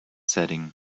setting